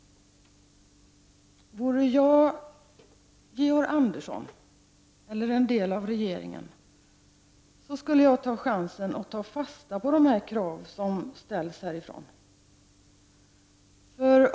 Vore jag Georg Andersson — eller en del av regeringen — skulle jag ta chansen och ta fasta på de krav som ställs här.